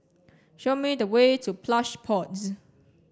show me the way to Plush Pods